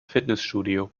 fitnessstudio